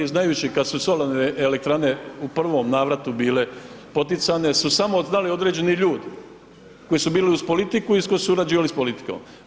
Znajući kad su solarne elektrane u prvom navratu bile poticane su samo znali određeni ljudi koji su bili uz politiku i surađivali s politikom.